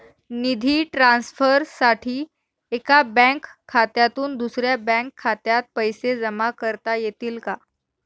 निधी ट्रान्सफरसाठी एका बँक खात्यातून दुसऱ्या बँक खात्यात पैसे जमा करता येतील का?